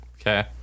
Okay